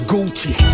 Gucci